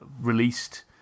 released